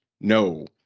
no